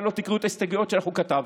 לא תקראו את ההסתייגויות שאנחנו כתבנו,